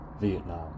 Vietnam